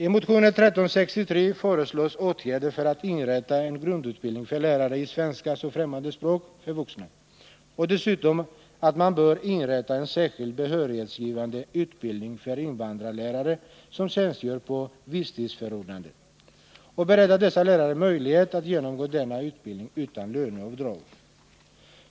I motionen 1363 föreslås åtgärder för inrättande av en grundutbildning för lärare i svenska som främmande språk för vuxna och dessutom att man skall inrätta en särskild behörighetsgivande utbildning för invandrarlärare som tjänstgör på visstidsförordnande och bereda dessa lärare möjlighet att genomgå denna utbildning utan löneavdrag.